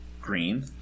green